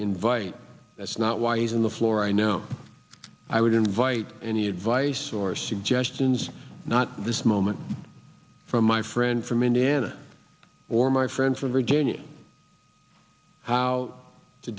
invite that's not why he's on the floor i know i would invite any advice or suggestions not this moment from my friend from indiana or my friend from virginia how to